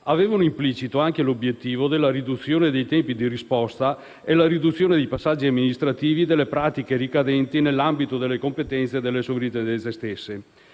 avevano implicito anche l'obiettivo della riduzione dei tempi di risposta e la riduzione dei passaggi amministrativi nelle pratiche ricadenti nell'ambito delle competenze delle Sovrintendenze stesse.